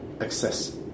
access